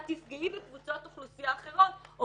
את תפגעי בקבוצות אוכלוסייה אחרות או